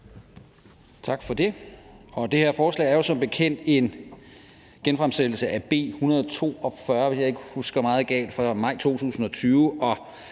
Tak for det. Det her forslag er jo som bekendt en genfremsættelse af B 142, hvis jeg ikke husker meget galt, fra maj 2020.